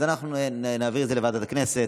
אז אנחנו נעביר את זה לוועדת הכנסת.